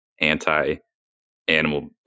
anti-animal